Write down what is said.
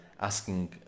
asking